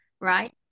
right